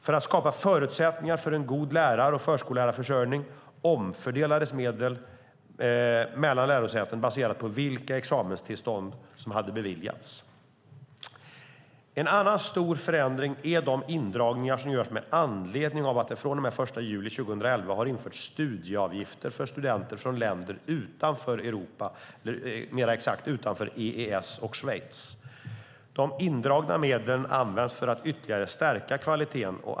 För att skapa förutsättningar för en god lärar och förskollärarförsörjning omfördelades medel mellan lärosäten baserat på vilka examenstillstånd som hade beviljats. En annan stor förändring är de indragningar som görs med anledning av att det från och med den 1 juli 2011 har införts studieavgifter för studenter från länder utanför EES och Schweiz. De indragna medlen används för att ytterligare stärka kvaliteten.